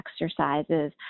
exercises